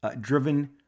driven